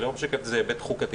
היא לא משקפת איזה היבט חוקתי.